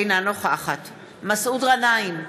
אינה נוכחת מסעוד גנאים,